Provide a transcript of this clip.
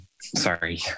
sorry